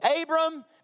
Abram